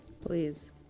Please